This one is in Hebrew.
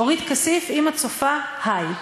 אורית כסיף, אם את צופה, היי.